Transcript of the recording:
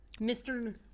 Mr